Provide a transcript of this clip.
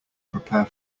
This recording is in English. prepare